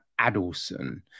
Adelson